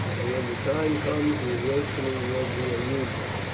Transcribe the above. and when the time comes the awakening will be a rude one.